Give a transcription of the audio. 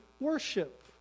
worship